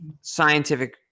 scientific